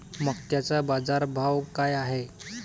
मक्याचा बाजारभाव काय हाय?